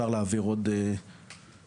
עובר שקף.